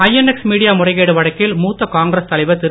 INX media முறைக்கேடு வழக்கில் மூத்த காங்கிரஸ் தலைவர் திரு